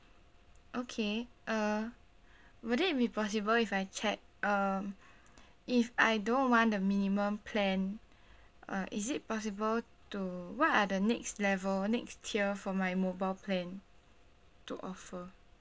okay err would it be possible if I check um if I don't want the minimum plan uh is it possible to what are the next level next tier for my mobile plan to offer